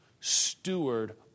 steward